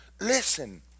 Listen